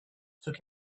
took